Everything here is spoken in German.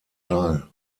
teil